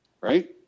Right